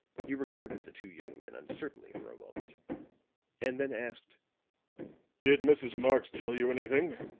he regarded the two young men uncertainly for a moment and then asked did mrs. marx tell you anything?